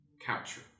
capture